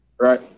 right